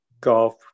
golf